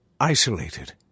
isolated